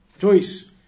choice